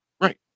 right